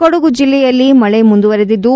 ಕೊಡಗು ಜಿಲ್ಲೆಯಲ್ಲಿ ಮಕ ಮುಂದುವರೆದಿದ್ದು